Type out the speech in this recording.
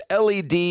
led